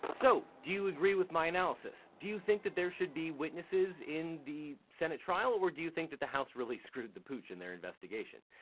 so, do you agree with my analysis? do you think that there should be witnesses in the senate trial, or do you think that the house really screwed the pooch in their investigation?